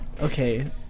okay